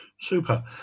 Super